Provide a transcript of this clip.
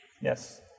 Yes